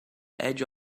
edge